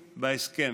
בהסכם.